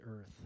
earth